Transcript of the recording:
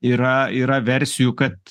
yra yra versijų kad